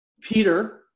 Peter